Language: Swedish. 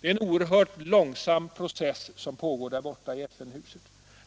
Det är en oerhört långsam process som pågår där borta i FN-huset.